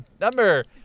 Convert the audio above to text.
number